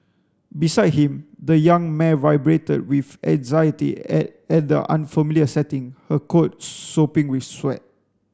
beside him the young mare vibrated with anxiety at the unfamiliar setting her coat sopping with sweat